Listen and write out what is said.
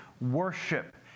worship